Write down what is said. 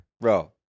Bro